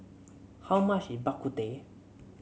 how much is Bak Kut Teh